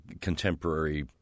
contemporary